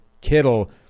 Kittle